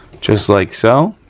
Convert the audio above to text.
just like so.